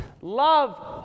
love